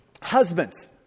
husbands